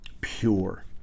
pure